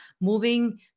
moving